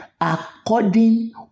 according